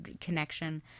connection